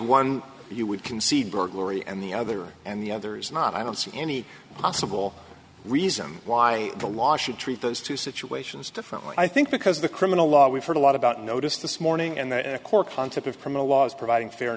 one you would concede burglary and the other and the other is not i don't see any possible reason why the law should treat those two situations differently i think because the criminal law we've heard a lot about noticed this morning and the core concept of criminal law is providing fair